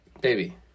baby